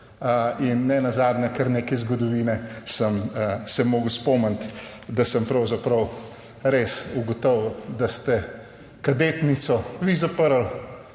in nenazadnje, kar nekaj zgodovine sem se mogel spomniti, da sem pravzaprav res ugotovil, da ste kadetnico vi zaprli.